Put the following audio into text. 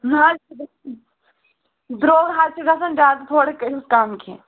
نہٕ حظ درٛوٚگ حظ چھُ گژھان زیادٕ تھوڑا کٔرۍوُس کَم کینٛہہ